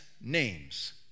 names